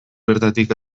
bertatik